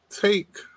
take